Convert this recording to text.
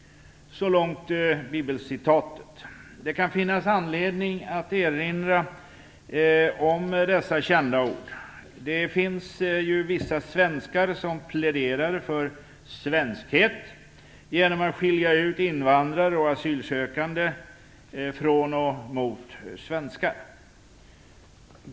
Så långt bibelcitatet. Det kan finnas anledning att erinra om dessa kända ord. Det finns vissa svenskar som pläderar för svenskhet genom att skilja ut invandrare och asylsökande från svenskar.